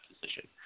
position